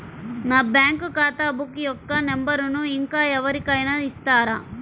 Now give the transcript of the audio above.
నా బ్యాంక్ ఖాతా బుక్ యొక్క నంబరును ఇంకా ఎవరి కైనా ఇస్తారా?